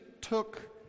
took